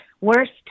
worst